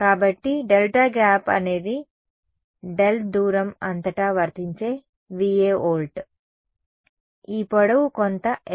కాబట్టి delta gap అనేది Δ దూరం అంతటా వర్తించే Va వోల్ట్లు ఈ పొడవు కొంత L